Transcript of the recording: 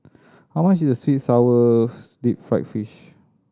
how much is sweet sour deep fried fish